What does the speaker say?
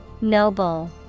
Noble